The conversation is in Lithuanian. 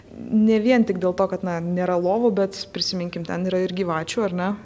ne vien tik dėl to kad na nėra lovų bet prisiminkim ten yra ir gyvačių ar ne